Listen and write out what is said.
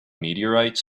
meteorites